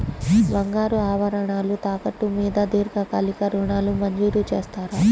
బంగారు ఆభరణాలు తాకట్టు మీద దీర్ఘకాలిక ఋణాలు మంజూరు చేస్తారా?